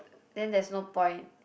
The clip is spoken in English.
then there's no point